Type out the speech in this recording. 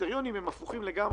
הקריטריונים הפוכים לגמרי.